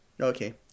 Okay